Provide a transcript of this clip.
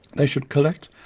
they should collect,